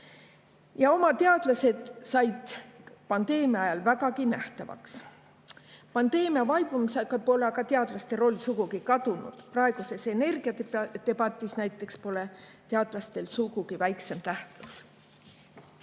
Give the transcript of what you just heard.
Ja oma teadlased said pandeemia ajal vägagi nähtavaks. Pandeemia vaibumisega pole aga teadlaste roll sugugi kadunud. Praeguses energiadebatis näiteks pole teadlastel sugugi väiksem